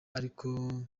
ariko